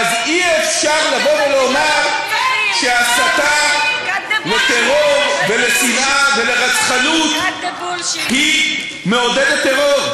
אז אי-אפשר לבוא ולומר שהסתה לטרור ולשנאה ולרצחנות מעודדת טרור.